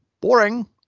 Boring